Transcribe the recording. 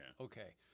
Okay